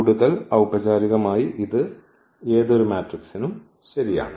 കൂടുതൽ ഔപചാരികമായി ഇത് ഏത് മാട്രിക്സിനും ശരിയാണ്